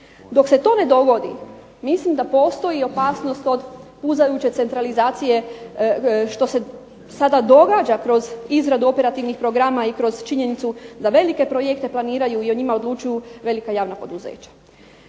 Dok se to ne dogodi mislim da postoji opasnost od puzajuće centralizacije što se sada događa kroz izradu operativnih programa i kroz činjenicu da velike projekte planiraju i o njima odlučuju velika javna poduzeća.